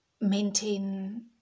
maintain